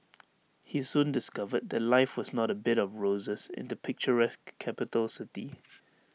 he soon discovered that life was not A bed of roses in the picturesque capital city